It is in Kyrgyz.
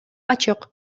ачык